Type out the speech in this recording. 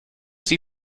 sie